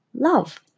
love